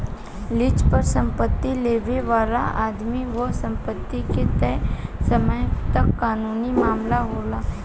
lease पर संपत्ति लेबे वाला आदमी ओह संपत्ति के तय समय तक कानूनी मालिक होला